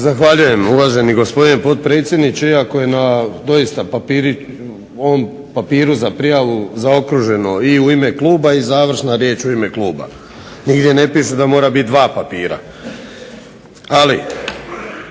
Zahvaljujem uvaženi gospodine potpredsjedniče, iako je doista na ovom papiru za prijavu zaokruženo i u ime kluba i završna riječ u ime kluba, nigdje ne piše da mora biti dva papira. HDSSB